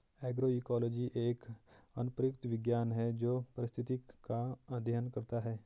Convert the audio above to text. agroecology एक अनुप्रयुक्त विज्ञान है जो पारिस्थितिक का अध्ययन करता है